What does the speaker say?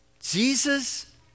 Jesus